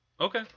Okay